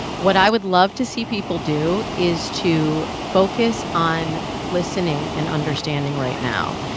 what i would love to see people do is to focus on listening and understanding right now.